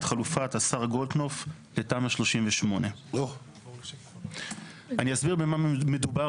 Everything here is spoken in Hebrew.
את חלופת השר גולדקנופף לתמ"א 38. אני אסביר במה מדובר,